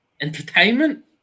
entertainment